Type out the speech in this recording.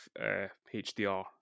HDR